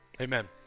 amen